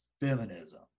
feminism